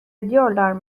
ediyorlar